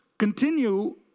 Continue